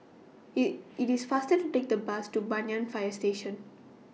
IT IT IS faster to Take The Bus to Banyan Fire Station